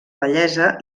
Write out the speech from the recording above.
bellesa